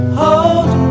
hold